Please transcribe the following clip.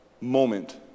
moment